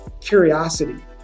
curiosity